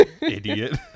Idiot